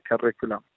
curriculum